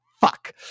fuck